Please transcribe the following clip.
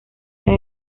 era